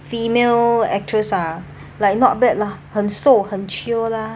female actress ah like not bad lah 很瘦很 chio lah